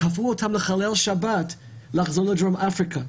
כפו אותם לחלל שבת ולחזור לדרום אפריקה,